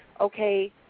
okay